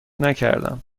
نکردم